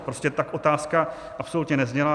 Prostě tak otázka absolutně nezněla.